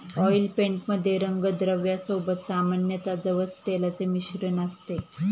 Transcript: oil paint मध्ये रंगद्रव्या सोबत सामान्यतः जवस तेलाचे मिश्रण असते